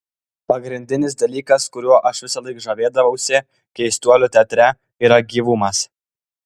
pagrindinis dalykas kuriuo aš visąlaik žavėdavausi keistuolių teatre yra gyvumas